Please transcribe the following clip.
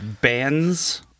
bands